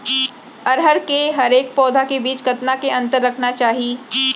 अरहर के हरेक पौधा के बीच कतना के अंतर रखना चाही?